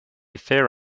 fear